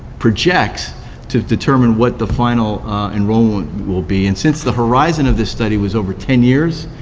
projects to determine what the final enrollment will be. and since the horizon of the study was over ten years,